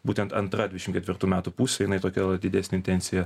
būtent antra dvidešimt ketvirtų metų pusė jinai tokia la didesnė intencija